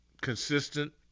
consistent